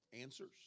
answers